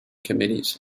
committees